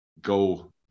go